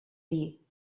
dir